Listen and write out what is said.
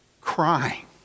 crying